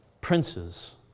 princes